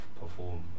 perform